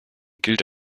gilt